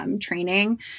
training